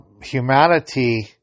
humanity